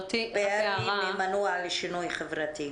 לי ממנוע לשינוי חברתי.